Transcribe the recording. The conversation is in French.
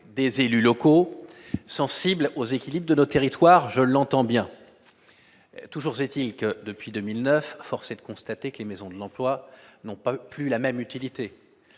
des élus locaux sensibles aux équilibres de nos territoires, je l'entends bien. Toujours est-il que, depuis 2009, force est de constater que les maisons de l'emploi n'ont plus la même utilité.